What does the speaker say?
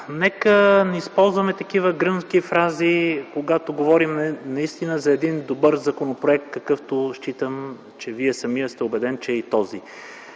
нека не използваме такива гръмки фрази, когато говорим наистина за един добър законопроект, какъвто, считам че и Вие самият сте убеден, е този.